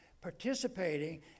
participating